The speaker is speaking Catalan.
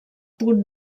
punt